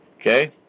Okay